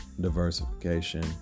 diversification